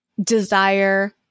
desire